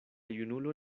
junulo